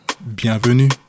bienvenue